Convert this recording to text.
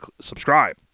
subscribe